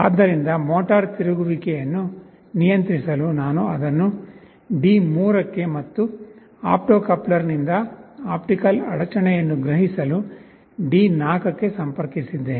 ಆದ್ದರಿಂದ ಮೋಟಾರ್ ತಿರುಗುವಿಕೆಯನ್ನು ನಿಯಂತ್ರಿಸಲು ನಾನು ಅದನ್ನು D3 ಗೆ ಮತ್ತು ಆಪ್ಟೋ ಕಪ್ಲರ್ನಿಂದ ಆಪ್ಟಿಕಲ್ ಅಡಚಣೆಯನ್ನು ಗ್ರಹಿಸಲು D4 ಗೆ ಸಂಪರ್ಕಿಸುತ್ತಿದ್ದೇನೆ